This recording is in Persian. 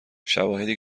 شواهدی